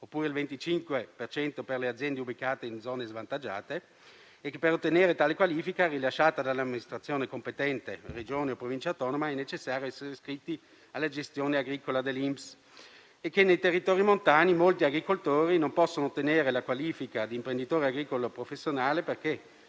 per cento per le aziende ubicate in zone svantaggiate) e che per ottenere tale qualifica, rilasciata dall'amministrazione competente (Regione o Provincia autonoma), è necessario essere iscritti alla gestione agricola dell'INPS. Nei territori montani però molti agricoltori non possono ottenere la qualifica di imprenditore agricolo professionale perché,